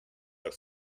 are